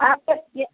आपके क्या